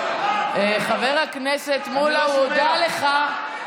חבר הכנסת מולא, הוא הודה לך.